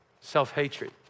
self-hatred